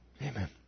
Amen